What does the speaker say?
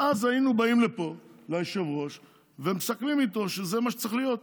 ואז היינו באים לפה ליושב-ראש ומסכמים איתו שזה מה שצריך להיות,